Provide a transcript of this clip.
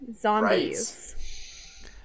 Zombies